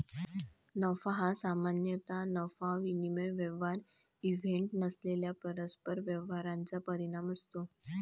नफा हा सामान्यतः नफा विनिमय व्यवहार इव्हेंट नसलेल्या परस्पर व्यवहारांचा परिणाम असतो